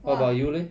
!wah!